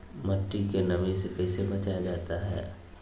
मट्टी के नमी से कैसे बचाया जाता हैं?